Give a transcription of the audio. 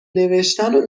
نوشتنو